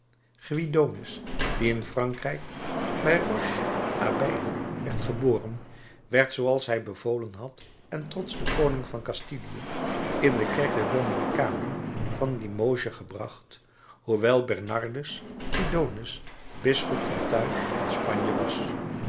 guidonis die in frankrijk bij roche abeille werd geboren werd zooals hij bevolen had en trots den koning van kastillië in de kerk der dominicanen van limoges gebracht hoewel bernardus guidonis bisschop van tuy in spanje was